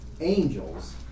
angels